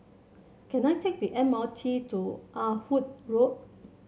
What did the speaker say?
can I take the M R T to Ah Hood Road